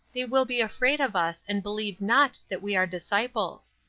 they will be afraid of us and believe not that we are disciples.